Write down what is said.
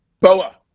Boa